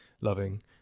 loving